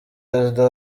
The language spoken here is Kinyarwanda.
perezida